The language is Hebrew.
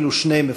שני מפרנסים.